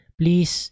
please